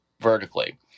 vertically